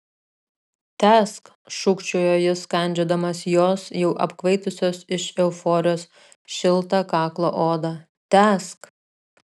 tęsk šūkčiojo jis kandžiodamas jos jau apkvaitusios iš euforijos šiltą kaklo odą tęsk